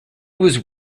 was